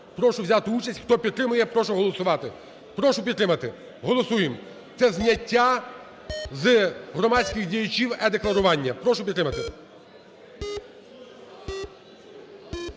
Прошу взяти участь, хто підтримує, прошу голосувати. Прошу підтримати. Голосуємо. Це зняття з громадських діячів е-декларування. Прошу підтримати